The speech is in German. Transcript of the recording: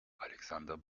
alexander